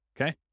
okay